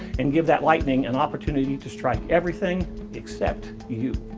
and give that lightning an opportunity to strike everything except you.